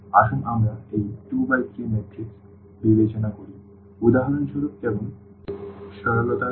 সুতরাং আসুন আমরা এই 2 বাই 3 ম্যাট্রিক্স বিবেচনা করি উদাহরণস্বরূপ কেবল সরলতার জন্য